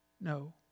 No